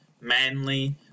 manly